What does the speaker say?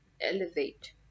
elevate